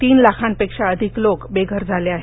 तीन लाखांपेक्षा अधिक लोक बेघर झाले आहेत